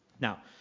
now